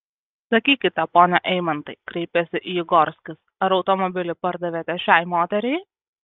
sakykite pone eimantai kreipėsi į jį gorskis ar automobilį pardavėte šiai moteriai